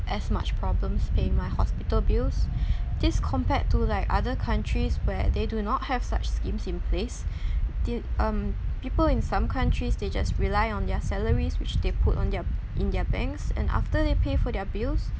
as much problems paying my hospital bills this compared to like other countries where they do not have such schemes in place did um people in some countries they just rely on their salaries which they put on their in their banks and after they pay for their bills